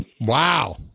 Wow